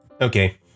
Okay